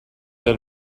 del